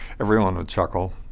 everyone would chuckle,